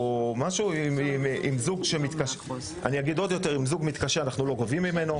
ואם יש זוג שמתקשה אנחנו לא גובים ממנו.